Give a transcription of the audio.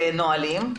ונהלים.